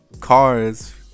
cars